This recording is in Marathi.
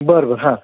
बरं बरं हां